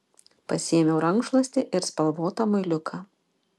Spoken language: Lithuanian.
pasiėmiau rankšluostį ir spalvotą muiliuką